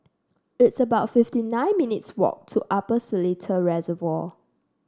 it's about fifty nine minutes' walk to Upper Seletar Reservoir